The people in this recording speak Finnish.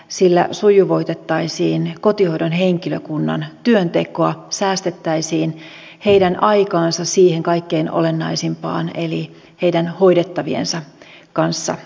sillä sujuvoitettaisiin kotihoidon henkilökunnan työntekoa säästettäisiin heidän aikaansa siihen kaikkein olennaisimpaan eli heidän hoidettaviensa kanssa työskentelyyn